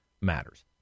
matters